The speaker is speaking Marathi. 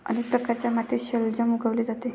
अनेक प्रकारच्या मातीत शलजम उगवले जाते